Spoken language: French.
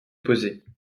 posées